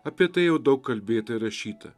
apie tai jau daug kalbėta ir rašyta